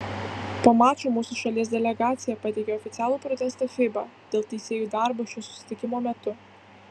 po mačo mūsų šalies delegacija pateikė oficialų protestą fiba dėl teisėjų darbo šio susitikimo metu